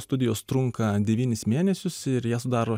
studijos trunka devynis mėnesius ir ją sudaro